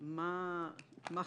מה חשבת?